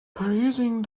perusing